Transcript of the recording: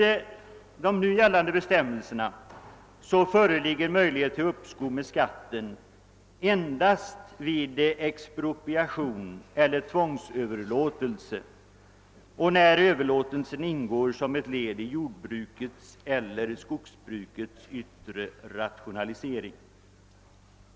Nu gällande bestämmelser lämnar möjlighet till uppskov med skatten endast vid expropriation eller tvångsöverlåtelse eller när överlåtelsen ingår som ett led i ett jordbruks eller skogsbruks yttre rationalisering.